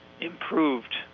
improved